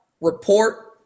report